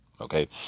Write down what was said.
okay